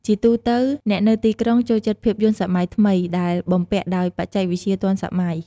ជាទូទៅ អ្នកនៅទីក្រុងចូលចិត្តភាពយន្តសម័យថ្មីដែលបំពាក់ដោយបច្ចេកវិទ្យាទាន់សម័យ។